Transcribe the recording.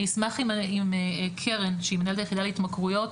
אני אשמח אם קרן שהיא מנהלת היחידה להתמכרויות,